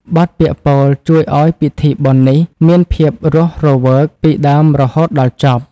បទពាក្យពោលជួយឱ្យពិធីបុណ្យនេះមានភាពរស់រវើកពីដើមរហូតដល់ចប់។